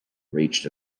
reached